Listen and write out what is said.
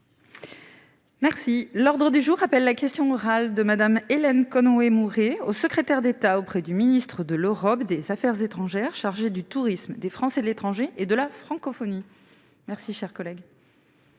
Merci l'ordre du jour appelle la question orale de Madame Hélène Conway Mouret au secrétaire d'État auprès du ministre de l'Europe, des affaires étrangères chargée du tourisme, des Français de l'étranger et de la francophonie, merci, cher collègue.